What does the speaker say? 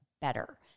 better